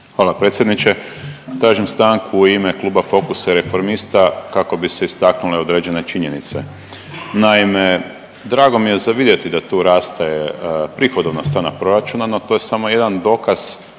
Hvala predsjedniče. Tražim stanku u ime kluba Fokusa i Reformista kako bi se istaknule određene činjenice. Naime, drago mi je za vidjeti da tu raste prihodovna strana proračuna, no to je samo jedan dokaz